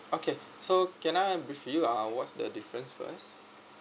okay so can I brief you uh what's the difference first